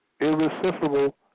irresistible